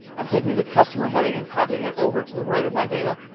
i'm taking the customer heading and copying it over to the right of my data,